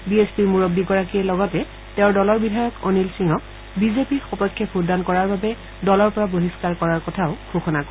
B এছ পিৰ মূৰববীগৰাকীয়ে লগতে তেওঁৰ দলৰ বিধায়ক অনিল সিঙক বিজেপিৰ সপক্ষে ভোটদান কৰাৰ বাবে দলৰ পৰা বহিস্কাৰ কৰাৰ কথা ঘোষণা কৰে